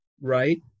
Right